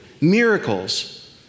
miracles